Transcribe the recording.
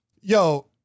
yo